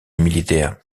militaire